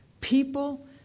people